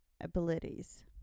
abilities